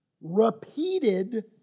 repeated